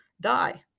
die